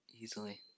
Easily